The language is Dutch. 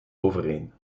overeen